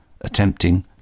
attempting